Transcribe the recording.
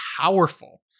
powerful